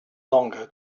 longer